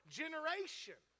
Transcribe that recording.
generation